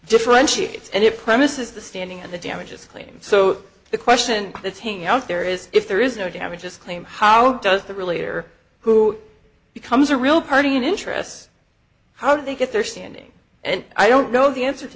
differentiates and it premise is the standing and the damages claim so the question that's hanging out there is if there is no damages claim how does that relate or who becomes a real party in interest how do they get their standing and i don't know the answer to